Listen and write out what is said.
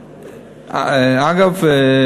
אגב,